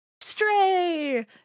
Stray